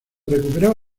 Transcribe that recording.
recuperó